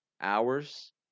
hours